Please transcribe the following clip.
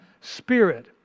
Spirit